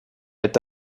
est